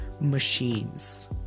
machines